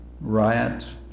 Riots